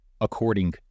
According